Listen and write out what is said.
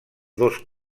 dos